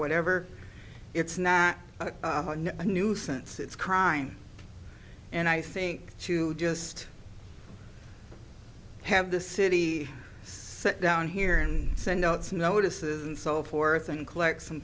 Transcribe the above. whatever it's not a nuisance it's crime and i think to just have the city sit down here and send out some notices and so forth and collect some